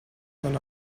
than